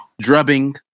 drubbing